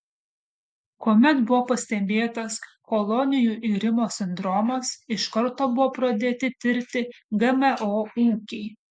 kuomet buvo pastebėtas kolonijų irimo sindromas iš karto buvo pradėti tirti gmo ūkiai